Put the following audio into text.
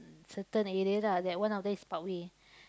certain areas lah that one of them is Parkway